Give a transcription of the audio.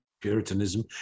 Puritanism